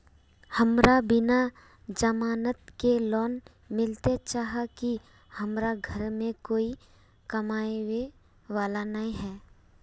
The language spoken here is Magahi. हमरा बिना जमानत के लोन मिलते चाँह की हमरा घर में कोई कमाबये वाला नय है?